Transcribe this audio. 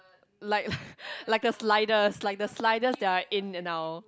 like like the sliders like the sliders that are in and now